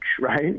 right